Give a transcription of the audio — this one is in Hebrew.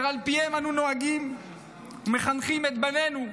ועל פיהם אנו נוהגים ומחנכים את בנינו,